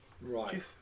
Right